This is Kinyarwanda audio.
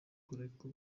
kureka